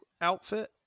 outfit